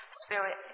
spirit